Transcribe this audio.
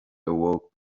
awoke